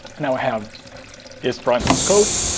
now i have is prime in scope.